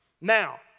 Now